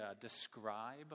describe